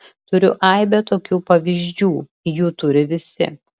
turiu aibę tokių pavyzdžių jų turi visi